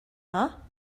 are